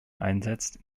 einsetzt